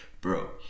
bro